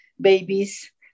babies